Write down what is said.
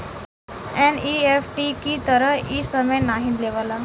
NEFT की तरह इ समय नाहीं लेवला